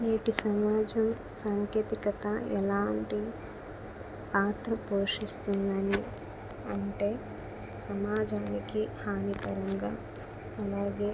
నేటి సమాజం సాంకేతికత ఎలాంటి పాత్ర పోషిస్తుంది అని అంటే సమాజానికి హానికరంగా ఇలాగే